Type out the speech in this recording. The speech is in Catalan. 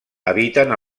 habiten